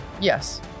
Yes